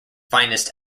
finest